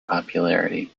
popularity